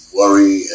worry